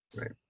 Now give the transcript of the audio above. right